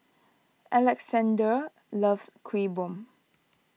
Alexandr loves Kuih Bom